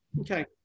okay